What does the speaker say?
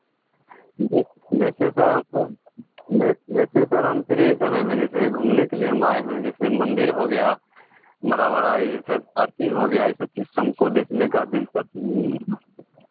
जै जैसे सर हमको ले जैसे सर हम फ्री समय में जैसे घूमने के लिए हम आए हुए हें जैसे मंदिर हो गया बड़ा बड़ा है सर पार्किंग हो गया ये सब चीज़ सब हमको देखने का दिलचस्प